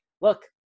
Look